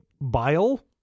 bile